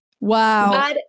Wow